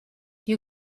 you